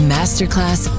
Masterclass